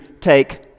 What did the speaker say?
take